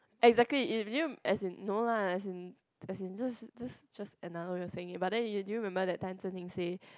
exactly if you as in no lah as in as in just just just another way of saying it but then do you remember that time Zi-Xin say